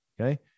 Okay